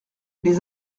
les